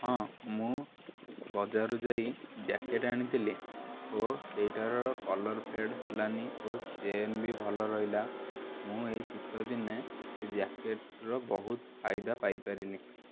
ହଁ ମୁଁ ବଜାରରୁ ଯାଇ ଜ୍ୟାକେଟ୍ ଆଣିଥିଲି ଓ ସେଇଟାର କଲର୍ ଫେଡ଼୍ ହେଲାନି ଓ ଚେନ୍ ବି ଭଲ ରହିଲା ମୁଁ ଏହି ଶୀତ ଦିନେ ସେ ଜ୍ୟାକେଟର ବହୁତ ଫାଇଦା ପାଇ ପାରିଲି